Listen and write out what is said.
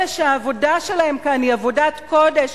אלה שהעבודה שלהם כאן היא עבודת קודש,